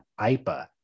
IPA